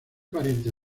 pariente